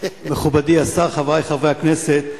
מכובדי השר, חברי חברי הכנסת,